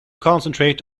concentrate